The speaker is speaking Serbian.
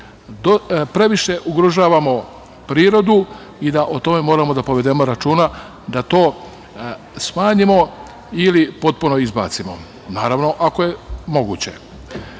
previše ugrožavamo prirodu i da o tome moramo da povedemo računa, da to smanjimo ili potpuno izbacimo, naravno ako je moguće. Ja